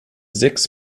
sechs